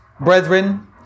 Brethren